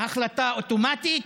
החלטה אוטומטית,